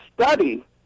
study